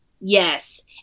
Yes